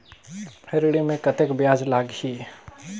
ऋण मे कतेक ब्याज लगही?